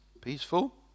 peaceful